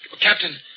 Captain